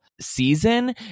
season